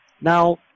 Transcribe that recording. Now